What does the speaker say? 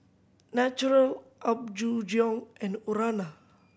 Naturel Apgujeong and Urana